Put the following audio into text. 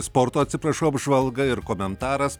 sporto atsiprašau apžvalga ir komentaras